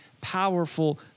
powerful